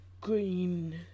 green